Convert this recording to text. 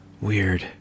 Weird